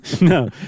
No